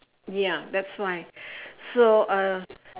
ya that's why so uh